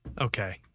Okay